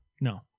No